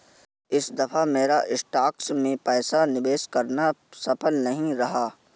इस दफा मेरा स्टॉक्स में पैसा निवेश करना सफल नहीं रहा